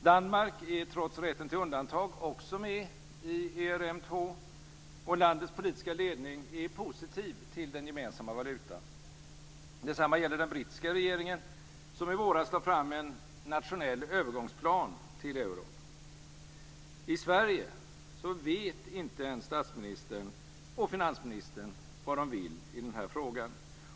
Danmark är trots rätten till undantag också med i ERM 2, och landets politiska ledning är positiv till den gemensamma valutan. Detsamma gäller den brittiska regeringen som i våras lade fram en nationell övergångsplan till euron. I Sverige vet inte ens statsministern och finansministern vad de vill i denna fråga.